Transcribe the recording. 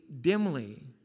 dimly